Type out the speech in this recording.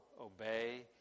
obey